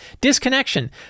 Disconnection